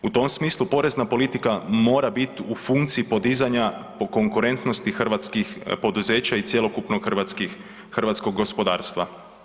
U tom smislu porezna politika mora bit u funkciji podizanja po konkurentnosti hrvatskih poduzeća i cjelokupno hrvatskih, hrvatskog gospodarstva.